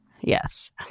Yes